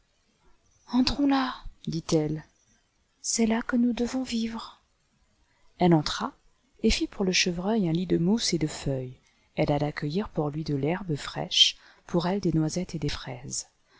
là dit-elle c'est là que nous devons i vivre elle entra et fit pour le chevreuil un lit de mousse et de feuilles elle alla cueillir pour lui de l'herbe fraîche pour elle des noisettes et des fraises